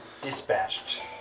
dispatched